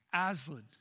Aslan